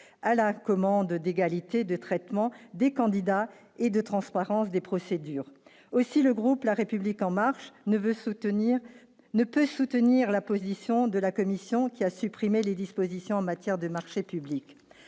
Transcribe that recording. à la commande d'égalité de traitement des candidats et de transparence des procédures aussi le groupe la République en marche ne veut soutenir ne peut soutenir la position de la commission qui a supprimé les dispositions en matière de marchés publics,